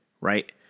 Right